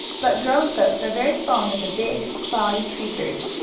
but grown folks are very fond of the big, clawy creatures.